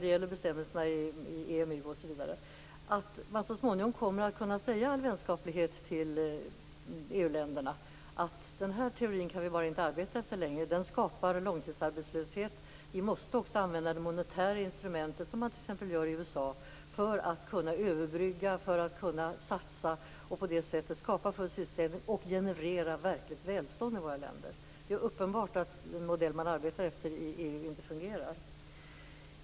Det gäller bestämmelserna i EMU osv. Jag kan tänka mig att vi så småningom i all vänskaplighet kommer att kunna säga till EU-länderna att vi bara inte kan arbeta efter den teorin längre. Den skapar långtidsarbetslöshet. Vi måste också använda det monetära instrumentet, som man t.ex. gör i USA, för att kunna överbrygga och satsa och på det sättet skapa full sysselsättning och generera verkligt välstånd i våra länder. Det är uppenbart att den modell vi arbetar efter i EU inte fungerar.